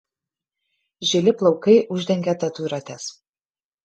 žili plaukai uždengė tatuiruotes